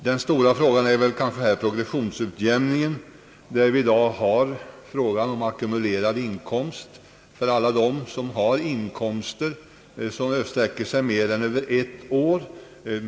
Den stora frågan är väl progressionsutjämningen, där vi i dag har problemet om ackumulerad inkomst för sådana som har inkomster som sträcker sig över mer än ett år.